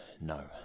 No